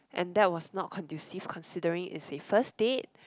and that was not conducive considering it's a first date